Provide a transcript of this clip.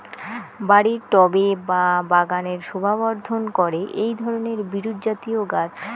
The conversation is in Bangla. বাড়ির টবে বা বাগানের শোভাবর্ধন করে এই ধরণের বিরুৎজাতীয় গাছ